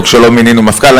או כשלא מינינו מפכ"ל.